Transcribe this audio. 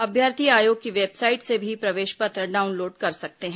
अभ्यर्थी आयोग की वेबसाइट से भी प्रवेश पत्र डाउनलोड कर सकते हैं